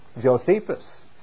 Josephus